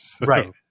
Right